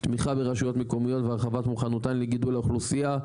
תמיכה ברשויות מקומיות והרחבת מוכנותן לגידול האוכלוסייה.